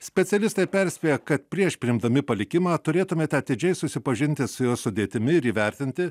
specialistai perspėja kad prieš priimdami palikimą turėtumėte atidžiai susipažinti su jo sudėtimi ir įvertinti